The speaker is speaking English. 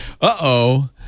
Uh-oh